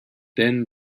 then